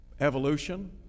evolution